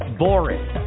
boring